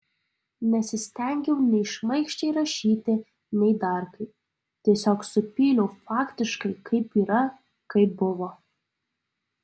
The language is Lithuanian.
nesistengiau nei šmaikščiai rašyti nei dar kaip tiesiog supyliau faktiškai kaip yra kaip buvo